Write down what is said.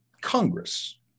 Congress